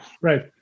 Right